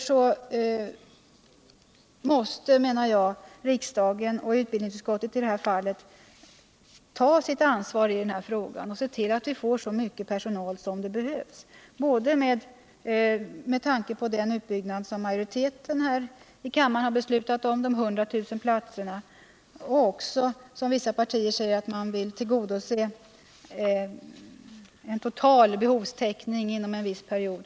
Jag menar därför att riksdagen och utbildningsutskottet måste ta sitt ansvar i den här frågan och se till att vi får så mycket personal som behövs, både med tanke på den utbyggnad som majoriteten i kammaren har beslutat. dvs. de 100 000 platserna, och med tanke på det krav som vissa partier säger att de vill tillgodose. nämligen att det totala behovet skall täckas inom en viss period.